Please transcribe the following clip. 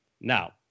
Now